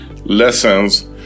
lessons